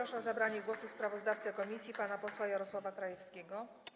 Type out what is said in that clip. Proszę o zabranie głosu sprawozdawcę komisji pana posła Jarosława Krajewskiego.